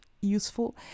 useful